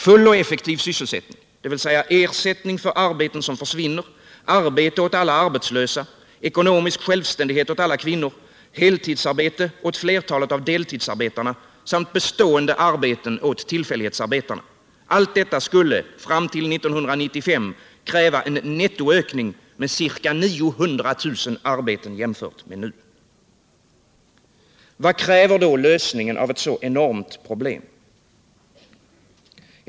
Full och effektiv sysselsättning — dvs. ersättning för arbeten som försvinner, arbete åt alla arbetslösa, ekonomisk självständighet åt alla kvinnor, heltidsarbete åt flertalet av deltidsarbetarna samt bestående arbeten åt tillfällighetsarbetarna — skulle fram till 1995 kräva en nettoökning med ca 900 000. Vad kräver lösningen av ett så enormt problem?